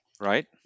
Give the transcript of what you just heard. right